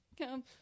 Come